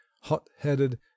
hot-headed